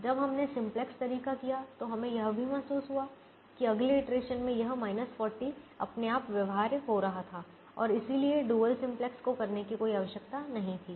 जब हमने सिम्प्लेक्स तरीका किया तो हमें यह भी महसूस हुआ कि अगले इटरेशन में यह 40 अपने आप व्यवहार्य हो रहा था और इसलिए डुअल सिम्प्लेक्स को करने की कोई आवश्यकता नहीं थी